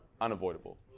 unavoidable